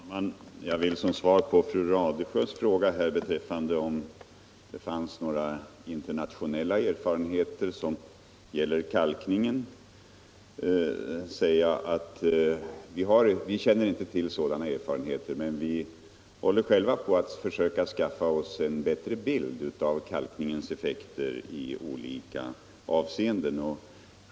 Herr talman! Jag vill som svar på fru Radesjös fråga om det finns några internationella erfarenheter när det gäller kalkningen säga att vi inte känner till sådana erfarenheter. Vi håller dock själva på att skaffa oss en bättre bild av kalkningens effekt i olika avseenden.